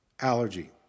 allergy